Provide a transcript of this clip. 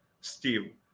Steve